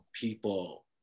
people